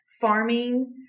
farming